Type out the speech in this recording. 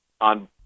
on